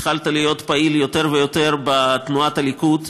התחלת להיות פעיל יותר ויותר בתנועת הליכוד.